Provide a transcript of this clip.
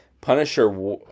Punisher